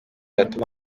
yatuma